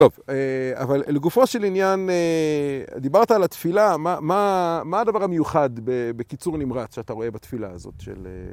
טוב, אבל לגופו של עניין, דיברת על התפילה. מה הדבר המיוחד, בקיצור נמרץ, שאתה רואה בתפילה הזאת של...